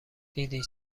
دیدی